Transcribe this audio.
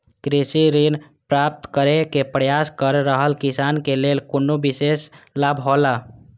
कृषि ऋण प्राप्त करे के प्रयास कर रहल किसान के लेल कुनु विशेष लाभ हौला?